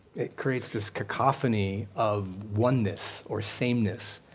it creates this cacophony of oneness, or sameness,